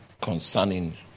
concerning